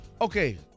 Okay